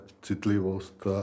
citlivost